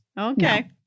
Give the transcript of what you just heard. Okay